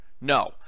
no